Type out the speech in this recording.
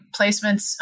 placements